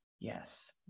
Yes